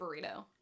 burrito